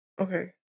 Okay